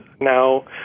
now